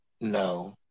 no